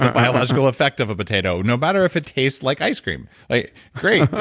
biological effect of a potato. no matter if it tastes like ice cream, great,